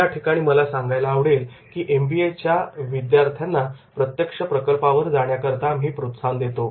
याठिकाणी मला सांगायला आवडेल की एमबीएच्या विद्यार्थ्यांना प्रत्यक्ष प्रकल्पांवर जाण्याकरता आम्ही प्रोत्साहन देतो